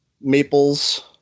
maples